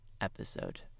episode